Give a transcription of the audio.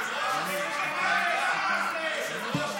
היושב-ראש,